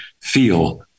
feel